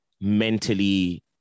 mentally